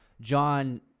John